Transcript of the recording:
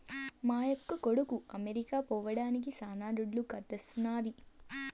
మా యక్క కొడుకు అమెరికా పోయేదానికి శానా దుడ్డు కర్సైనాది